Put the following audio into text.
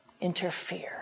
interfere